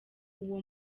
uwo